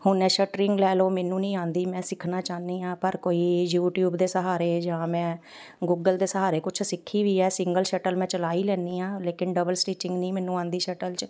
ਹੁਣ ਇਹ ਸ਼ਟਰਿੰਗ ਲੈ ਲਓ ਮੈਨੂੰ ਨਹੀਂ ਆਉਂਦੀ ਮੈਂ ਸਿੱਖਣਾ ਚਾਹੁੰਦੀ ਹਾਂ ਪਰ ਕੋਈ ਯੂਟਿਊਬ ਦੇ ਸਹਾਰੇ ਜਾਂ ਮੈਂ ਗੂਗਲ ਦੇ ਸਹਾਰੇ ਕੁਛ ਸਿੱਖੀ ਵੀ ਹੈ ਸਿੰਗਲ ਸ਼ਟਲ ਮੈਂ ਚਲਾ ਹੀ ਲੈਂਦੀ ਹਾਂ ਲੇਕਿਨ ਡਬਲ ਸਟਿਚਿੰਗ ਨਹੀਂ ਮੈਨੂੰ ਆਉਂਦੀ ਸ਼ਟਲ 'ਚ